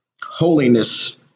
holiness